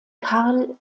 karl